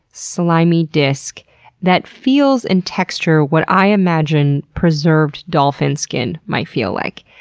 slimy disc that feels, in texture, what i imagine preserved dolphin skin might feel like.